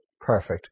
perfect